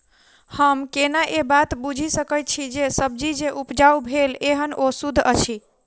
हम केना ए बात बुझी सकैत छी जे सब्जी जे उपजाउ भेल एहन ओ सुद्ध अछि?